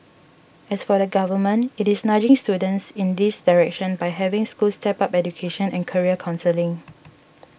as for the Government it is nudging students in this direction by having schools step up education and career counselling